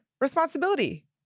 responsibility